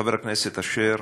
חבר הכנסת אשר,